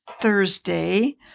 Thursday